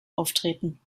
auftreten